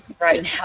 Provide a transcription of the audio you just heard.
right